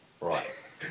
right